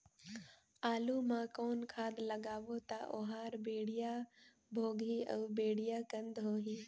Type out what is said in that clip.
आलू मा कौन खाद लगाबो ता ओहार बेडिया भोगही अउ बेडिया कन्द होही?